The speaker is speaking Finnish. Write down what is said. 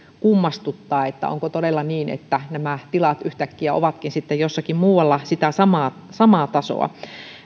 kummastuttaa onko todella niin että nämä tilat yhtäkkiä ovatkin sitten jossakin muualla sitä samaa samaa tasoa